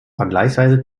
vergleichsweise